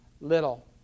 little